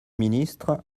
ministre